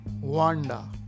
Wanda